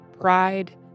pride